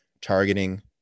targeting